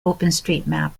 openstreetmap